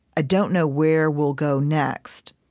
i don't know where we'll go next,